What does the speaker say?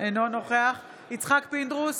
אינו נוכח יצחק פינדרוס,